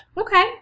Okay